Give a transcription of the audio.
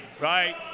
Right